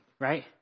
right